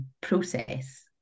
process